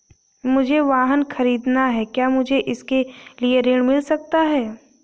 मुझे वाहन ख़रीदना है क्या मुझे इसके लिए ऋण मिल सकता है?